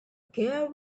girl